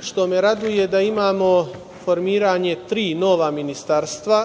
što me raduje da imamo formiranje tri nova ministarstva